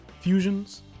fusions